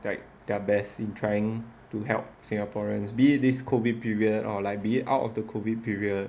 like their best in trying to help singaporeans be it this COVID period or be it out of the COVID period